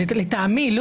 לטעמי,